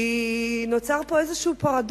כי נוצר פה איזה פרדוקס,